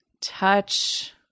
touch